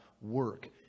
work